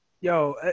Yo